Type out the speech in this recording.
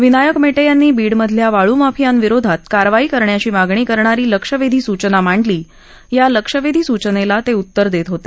विनायक मेटे यांनी बीड मधल्या वाळूमाफियां विरोधात कारवाई करण्याची मागणी करणारी लक्षवेधी सूचना मांडली या लक्षवेधी सूचनेला ते उत्तर देत होते